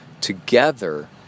together